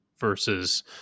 versus